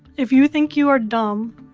if you think you are dumb,